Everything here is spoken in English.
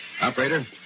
Operator